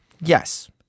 Yes